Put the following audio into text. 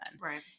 Right